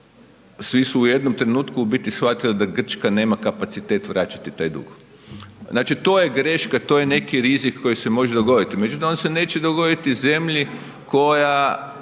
svi su u jednom trenutku shvatili da Grčka nema kapacitet vraćati taj dug. Znači, to je greška. To je neki rizik koji se može dogoditi. Međutim, on se neće dogoditi zemlji koja